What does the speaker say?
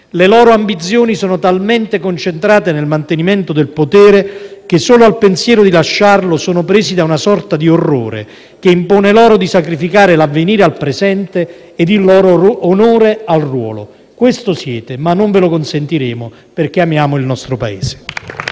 «Le loro ambizioni sono talmente concentrate nel mantenimento del potere che, solo al pensiero di lasciarlo, sono presi da una sorta di orrore che impone loro di sacrificare l'avvenire al presente ed il loro onore al ruolo». Questo siete, ma non ve lo consentiremo, perché amiamo il nostro Paese.